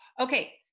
Okay